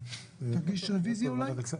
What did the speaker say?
אני רוצה להסביר משהו שקורה כאן בשבועות האחרונים.